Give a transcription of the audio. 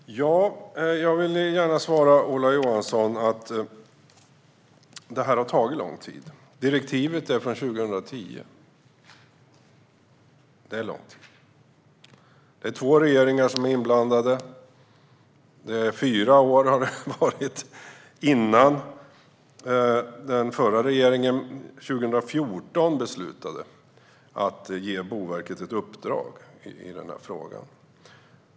Herr talman! Jag vill gärna svara Ola Johansson att detta har tagit lång tid. Direktivet är från 2010. Det är lång tid. Två regeringar är inblandade. Det tog fyra år innan den förra regeringen 2014 beslutade att ge Boverket ett uppdrag i frågan.